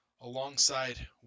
alongside